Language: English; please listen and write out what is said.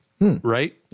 Right